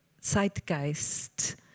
zeitgeist